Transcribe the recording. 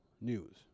news